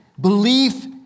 Belief